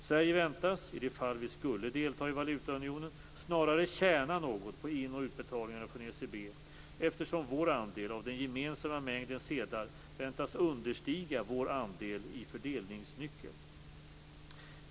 Sverige väntas, i det fall vi skulle delta i valutaunionen, snarare tjäna något på in och utbetalningarna från ECB, eftersom vår andel av den gemensamma mängden sedlar väntas understiga vår andel i fördelningsnyckeln.